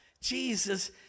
jesus